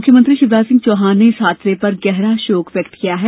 मुख्यमंत्री शिवराज सिंह चौहान ने इस हादसे पर गहरा शोक व्यक्त किया है